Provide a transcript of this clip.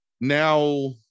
Now